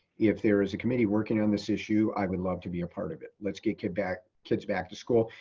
if there is a committee working on this issue, i would love to be a part of it. let's get get kids back to school.